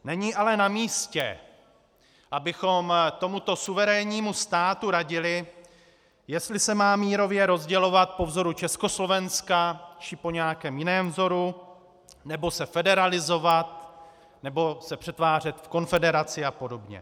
Není ale namístě, abychom tomuto suverénnímu státu radili, jestli se má mírově rozdělovat po vzoru Československa, či po nějakém jiném vzoru, nebo se federalizovat, nebo se přetvářet v konfederaci a podobně.